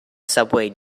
subway